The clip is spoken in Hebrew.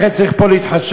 לכן צריך פה להתחשב,